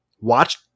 Watch